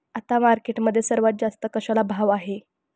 आता मार्केटमध्ये सर्वात जास्त कशाला भाव आहे?